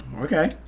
Okay